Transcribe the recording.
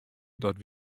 dat